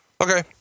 Okay